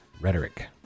rhetoric